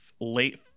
late